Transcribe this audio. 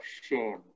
shame